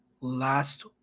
last